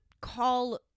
call